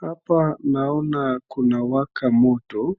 Hapa naona kunawaka moto